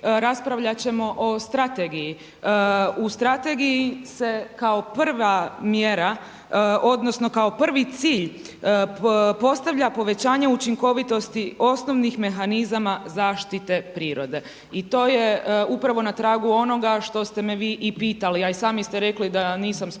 raspravljat ćemo o strategiji. U strategiji se kao prva mjera odnosno kao prvi cilj postavlja povećanje učinkovitosti osnovnih mehanizama zaštite prirode i to je upravo na tragu onoga što ste me vi i pitali, a i sami ste rekli da nisam spomenula